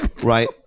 Right